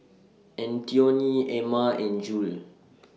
Antione Emma and Jule